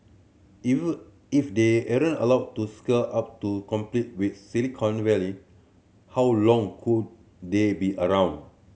if they allowed to scale up to compete with Silicon Valley how long could they be around